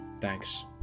thanks